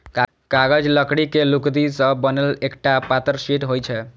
कागज लकड़ी के लुगदी सं बनल एकटा पातर शीट होइ छै